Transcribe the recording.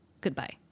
Goodbye